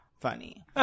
funny